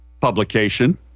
publication